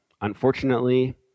unfortunately